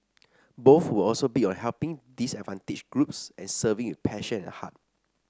both were also big on helping disadvantaged groups and serving with passion and heart